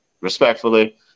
respectfully